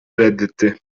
reddetti